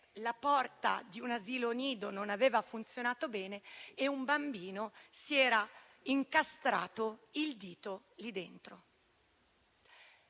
la porta di un asilo nido non aveva funzionato bene e un bambino era rimasto con il dito incastrato.